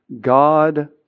God